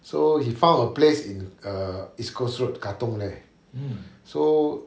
so he found a place in uh east coast road katong there so